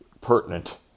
pertinent